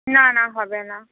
না না হবে না